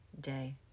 day